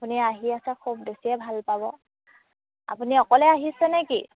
আপুনি আহি আছে খুব বেছিয়ে ভাল পাব আপুনি অকলে আহিছে নে কি